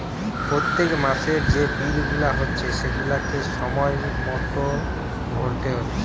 পোত্তেক মাসের যে বিল গুলা হচ্ছে সেগুলাকে সময় মতো ভোরতে হচ্ছে